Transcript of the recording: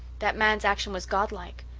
that man's action was godlike.